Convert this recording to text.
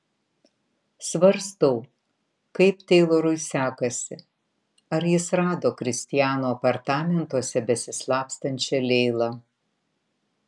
svarstau kaip teilorui sekasi ar jis rado kristiano apartamentuose besislapstančią leilą